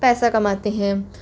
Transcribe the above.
पैसा कमाते हैं